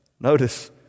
Notice